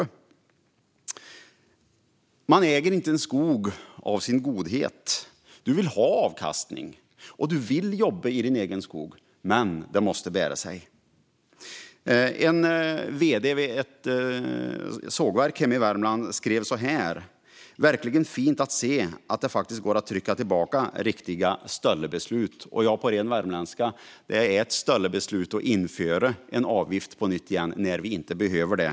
Man äger inte en skog för sin godhet. Man vill ha avkastning, och man vill jobba i sin egen skog. Det måste bära sig. En vd för ett sågverk hemma i Värmland skrev så här: "Det är verkligen fint att se att det faktiskt går att trycka tillbaka riktiga stollebeslut." På ren värmländska är det ett stollebeslut att införa en avgift på nytt när vi inte behöver det.